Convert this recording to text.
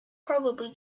properly